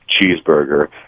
cheeseburger